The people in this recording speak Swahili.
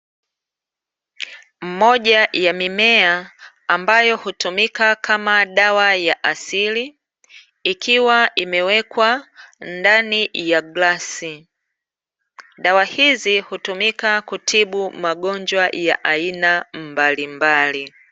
Moja ya mimea ambayo hutumika kama dawa ya asili, ikiwa imewekwa ndani ya glasi, dawa hizi hutumika kutibu magonjwa ya aina mbalimbali.